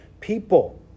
people